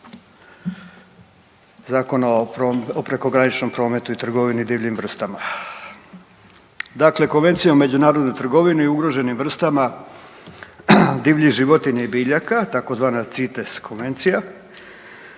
Zakona o prekograničnom prometu i trgovini divljim vrstama. Dakle, Konvencijom o međunarodnoj trgovini i ugroženim vrstama divljih životinja i biljaka, tzv. CITES konvencija